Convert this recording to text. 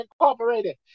Incorporated